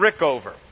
Rickover